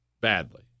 badly